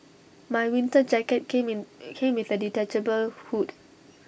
my winter jacket came in came with A detachable hood